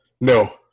No